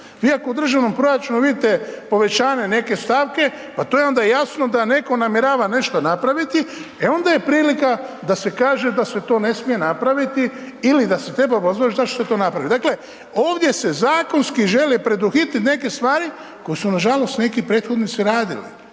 Vi ako u državnom proračunu vidite povećanje neke stavke pa to je onda jasno da netko namjerava nešto napraviti e onda je prilika da se kaže da se to ne smije napraviti ili da se treba obrazložiti zašto se to napravilo. Dakle, ovdje se zakonski želi preduhitriti neke stvari koje su nažalost neki prethodnici radili.